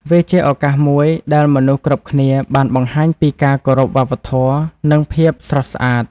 វាជាឱកាសមួយដែលមនុស្សគ្រប់គ្នាបានបង្ហាញពីការគោរពវប្បធម៌និងភាពស្រស់ស្អាត។